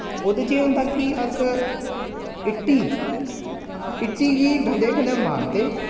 ओह्दे च एह् होंदा कि अस इट्टी इट्टी गी डंडै कन्नै मारदे